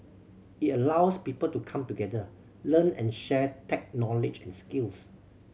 it allows people to come together learn and share tech knowledge and skills